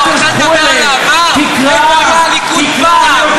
איפה הליכוד שהיה פעם?